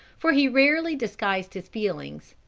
for he rarely disguised his feelings.